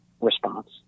response